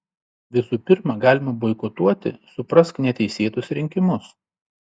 visų pirma galima boikotuoti suprask neteisėtus rinkimus